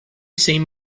seen